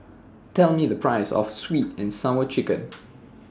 Tell Me The Price of Sweet and Sour Chicken